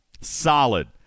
Solid